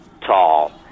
tall